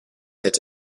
its